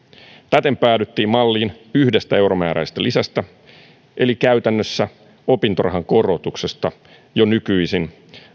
täten päädyttiin malliin yhdestä euromääräisestä lisästä eli käytännössä opintorahan korotuksesta jo nykyisin